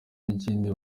n’ikindi